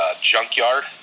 Junkyard